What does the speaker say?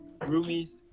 Roomies